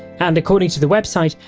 and according to the website,